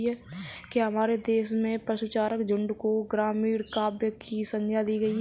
क्या हमारे देश में पशुचारक झुंड को ग्रामीण काव्य की संज्ञा दी गई है?